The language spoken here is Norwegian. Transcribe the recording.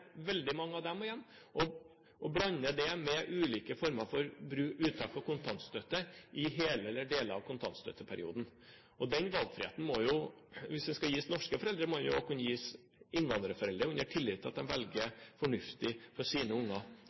veldig mange av dem igjen å blande det med ulike former for uttak av kontantstøtte i hele eller deler av kontantstøtteperioden. Hvis den valgfriheten skal gis norske foreldre, må den jo også kunne gis innvandrerforeldre, i tillit til at de velger fornuftig for sine unger.